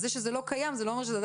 אז זה שזה לא קיים, זה לא אומר שעדיין.